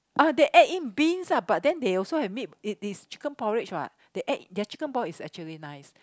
uh they add in beans ah but then they also have meat in it's chicken porridge what they add their chicken porridge is actually nice